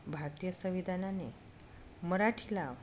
भारतीय संविधानाने मराठीला